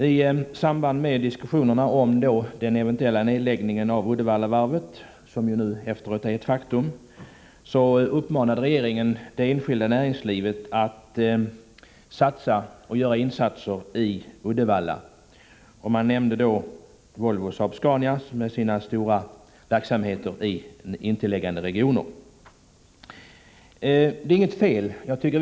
I samband med diskussionerna om den tidigare eventuella nedläggningen av Uddevallavarvet — som ju nu är ett faktum — uppmanade regeringen det enskilda näringslivet att göra insatser i Uddevalla. Man nämnde då Volvo och Saab-Scania, som har stora verksamheter i intilliggande regioner. Det är inget fel i detta.